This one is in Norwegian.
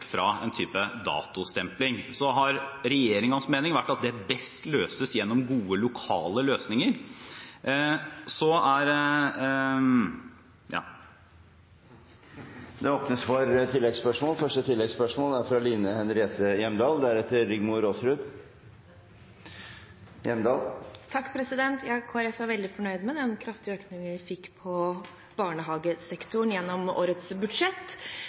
fra en type datostempling. Så har regjeringens mening vært at det best løses gjennom gode lokale løsninger. Det åpnes for oppfølgingsspørsmål – først Line Henriette Hjemdal. Kristelig Folkeparti er veldig fornøyd med den kraftige økningen vi fikk til barnehagesektoren gjennom årets budsjett.